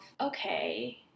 okay